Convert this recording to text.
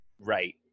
right